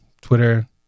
Twitter